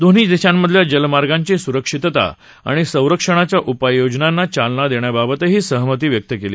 दोन्ही देशांमधल्या जलमार्गांची सुरक्षितता आणि संरक्षणाच्या उपाययोजनांना चालना देण्याबाबतही सहमती व्यक्त केली